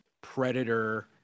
Predator